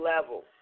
level